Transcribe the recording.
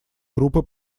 группы